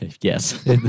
Yes